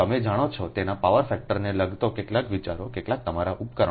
તમે જાણો છો તેના પાવર ફેક્ટરને લગતા કેટલાક વિચારો કેટલાક તમારા ઉપકરણો